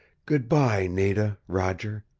good-bye nada roger